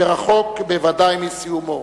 שרחוק בוודאי מסיומו.